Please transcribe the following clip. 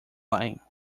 lying